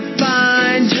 find